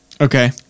Okay